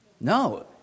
no